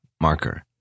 marker